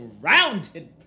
surrounded